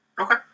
Okay